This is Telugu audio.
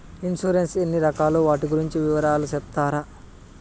ఇన్సూరెన్సు ఎన్ని రకాలు వాటి గురించి వివరాలు సెప్తారా?